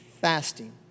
Fasting